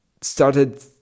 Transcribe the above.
started